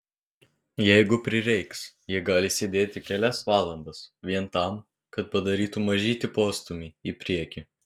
jeigu prireiks jie gali sėdėti kelias valandas vien tam kad padarytų mažytį postūmį į priekį